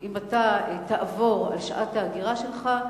אם אתה תעבור על שעת ההגירה שלך,